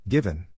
Given